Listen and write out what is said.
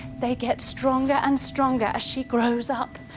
they get stronger and stronger as she grows up,